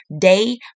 day